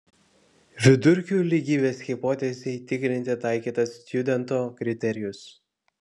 vidurkių lygybės hipotezei tikrinti taikytas stjudento kriterijus